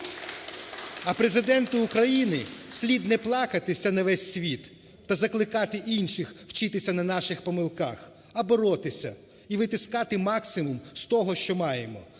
А Президенту України слід не плакатися на весь світ та закликати інших вчитися на наших помилках, а боротися і витискати максимум з того, що маємо.